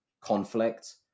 conflict